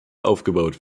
aufgebaut